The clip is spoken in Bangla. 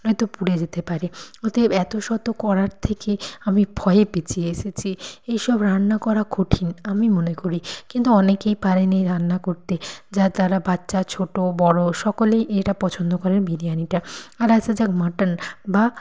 নয়তো পুড়ে যেতে পারে অতএব এত শত করার থেকে আমি ভয়ে পিছিয়ে এসেছি এইসব রান্না করা কঠিন আমি মনে করি কিন্তু অনেকেই পারেন এই রান্না করতে যা যারা বাচ্চা ছোট বড় সকলেই এইটা পছন্দ করে বিরিয়ানিটা আর আসা যাক মাটন বা